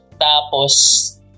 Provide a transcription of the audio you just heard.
Tapos